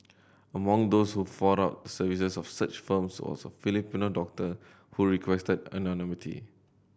among those who fought out the services of such firms was a Filipino doctor who requested anonymity